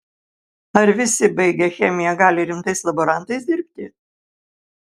ar visi baigę chemiją gali rimtais laborantais dirbti